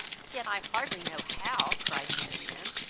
yet i hardly know how, cried marianne,